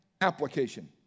application